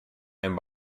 and